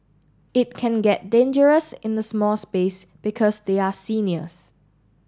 it can get dangerous in a small space because they are seniors